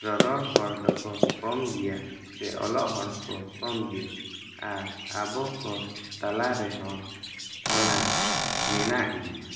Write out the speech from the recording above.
ᱨᱚᱨᱚᱲ ᱦᱚᱲ ᱫᱚᱠᱚ ᱠᱚᱢ ᱜᱮᱭᱟ ᱥᱮ ᱚᱞᱚᱜ ᱦᱚᱲ ᱦᱚᱸᱠᱚ ᱠᱚᱢ ᱜᱮᱭᱟ ᱟᱨ ᱟᱵᱚᱠᱚ ᱛᱟᱞᱟᱨᱮᱦᱚᱸ ᱚᱱᱟ ᱢᱮᱱᱟᱜ ᱜᱮᱭᱟ